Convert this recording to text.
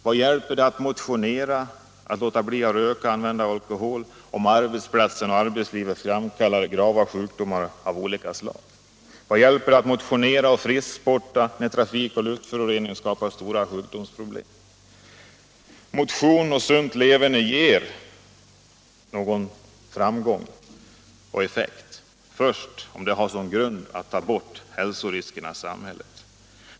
Vad hjälper det att motionera, låta bli att röka och använda alkohol, om arbetsplatsen och arbetslivet framkallar grava sjukdomar av olika slag? Vad hjälper det att motionera och frisksporta, när trafik och luftföroreningar skapar stora sjukdomsproblem? Motion och ett sunt leverne får en framgångsrik effekt först om det har såsom grund en strävan att ta bort hälsoriskerna i samhället.